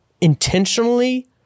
intentionally